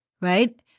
right